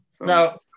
Now